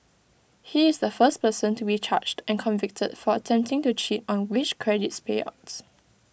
he is the first person to be charged and convicted for attempting to cheat on wage credits payouts